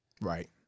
Right